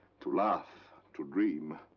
to laugh, to dream,